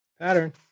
Pattern